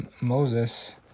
Moses